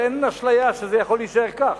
אבל אין אשליה שזה יכול להישאר כך.